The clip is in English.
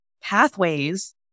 pathways